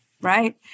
right